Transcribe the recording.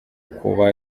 kuba